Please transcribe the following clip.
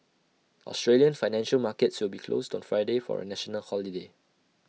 Australian financial markets will be closed on Friday for A national holiday